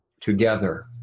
together